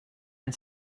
and